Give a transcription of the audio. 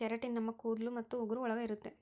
keratin ನಮ್ ಕೂದಲು ಉಗುರು ಒಳಗ ಇರುತ್ತೆ